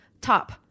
top